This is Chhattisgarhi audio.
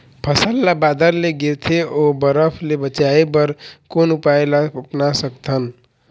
फसल ला बादर ले गिरथे ओ बरफ ले बचाए बर कोन उपाय ला अपना सकथन?